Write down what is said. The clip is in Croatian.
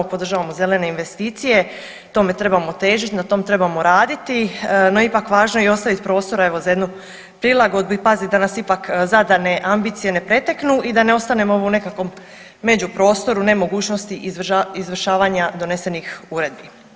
Podržavamo zelene investicije, tome trebamo težiti, na tom trebamo raditi, no ipak važno i ostaje iz prostora evo za jednu prilagodbu i pazit da nas ipak zadane ambicije ne preteknu i da ne ostanemo u nekakvom međuprostoru nemogućnosti izvršavanja donesenih uredbi.